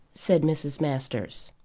said mrs. masters.